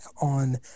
on